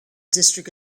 district